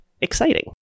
exciting